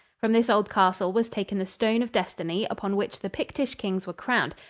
from this old castle was taken the stone of destiny upon which the pictish kings were crowned,